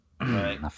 Right